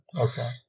Okay